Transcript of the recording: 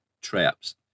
traps